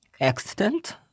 Accident